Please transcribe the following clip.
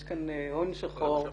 יש כאן הון שחור,